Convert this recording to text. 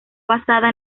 basada